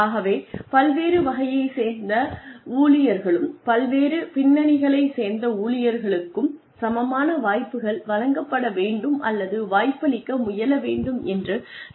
ஆகவே பல்வேறு வகையை சேர்ந்த ஊழியர்களுக்கும் பல்வேறு பின்னணிகளை சேர்ந்த ஊழியர்களுக்கும் சமமான வாய்ப்புகள் வழங்கப்பட வேண்டும் அல்லது வாய்ப்பளிக்க முயல வேண்டும் என்று சட்டங்கள் கட்டளையிடுகின்றன